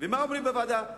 ומה אומרים בוועדה?